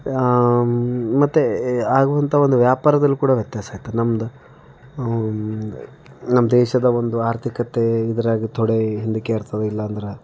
ಮತ್ತೆ ಆಗುವಂಥ ಒಂದು ವ್ಯಾಪಾರದಲ್ಲಿ ಕೂಡ ವ್ಯತ್ಯಾಸ ಆಯ್ತದ್ ನಮ್ದ್ ನಮ್ಮ ದೇಶದ ಒಂದು ಆರ್ಥಿಕತೆ ಇದ್ರಾಗ್ ಥೋಡೆ ಹಿಂದಕ್ಕೆ ಇರ್ತದೆ ಇಲ್ಲಾಂದ್ರೆ